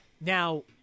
Now